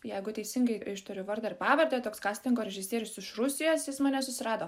jeigu teisingai ištariu vardą ir pavardę toks kastingo režisierius iš rusijos jis mane susirado